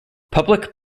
public